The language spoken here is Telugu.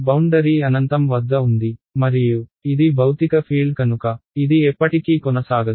బౌండరీ అనంతం వద్ద ఉంది మరియు ఇది భౌతిక ఫీల్డ్ కనుక ఇది ఎప్పటికీ కొనసాగదు